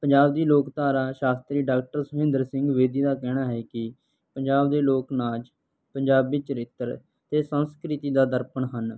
ਪੰਜਾਬ ਦੀ ਲੋਕ ਧਾਰਾ ਸ਼ਾਸਤਰੀ ਡਾਕਟਰ ਸੁਹਿੰਦਰ ਸਿੰਘ ਵੇਦੀ ਦਾ ਕਹਿਣਾ ਹੈ ਕੀ ਪੰਜਾਬ ਦੇ ਲੋਕ ਨਾਚ ਪੰਜਾਬੀ ਚਰਿੱਤਰ ਅਤੇ ਸੰਸਕ੍ਰਿਤੀ ਦਾ ਦਰਪਣ ਹਨ